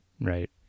right